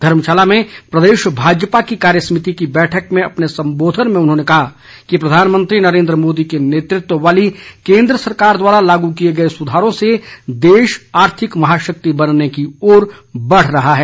धर्मशाला में प्रदेश भाजपा की कार्यसमिति की बैठक में अपने सम्बोधन में उन्होंने कहा कि प्रधानमंत्री नरेन्द्र मोदी के नेतृत्व वाली केन्द्र सरकार द्वारा लागू किए गए सुधारों से देश आर्थिक महाशक्ति बनने की ओर बढ़ रहा है